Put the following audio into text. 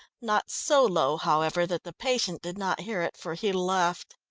not so low, however, that the patient did not hear it, for he laughed.